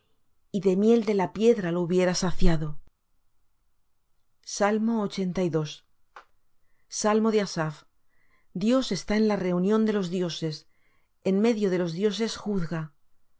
y de miel de la piedra te hubiera saciado salmo de asaph dios está en la reunión de los dioses en medio de los dioses juzga